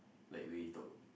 like we talk